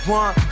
one